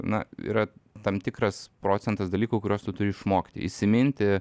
na yra tam tikras procentas dalykų kuriuos tu turi išmokti įsiminti